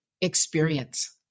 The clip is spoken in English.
experience